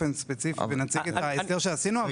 באופן ספציפי ונציג את ההסדר שעשינו,